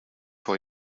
for